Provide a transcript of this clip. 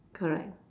correct